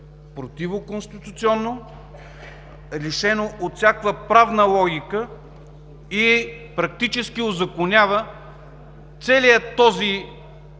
противоконституционно, лишено е от всякаква правна логика и практически узаконява целия този